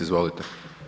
Izvolite.